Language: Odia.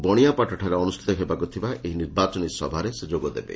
ବଶିଆପାଟଠାରେ ଅନୁଷ୍ତିତ ହେବାକୁ ଥିବା ଏକ ନିର୍ବାଚନୀ ସଭାରେ ସେ ଯୋଗଦେବେ